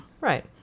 right